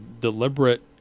deliberate